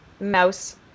mouse